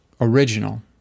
original